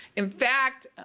in fact,